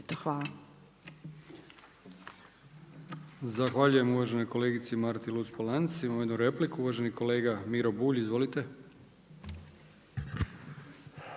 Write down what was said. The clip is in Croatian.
Hvala